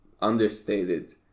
understated